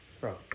bro